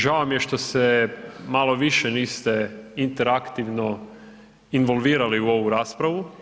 Žao mi je što se malo više niste interaktivno involvirali u ovu raspravu.